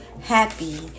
happy